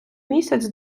місяць